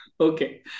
Okay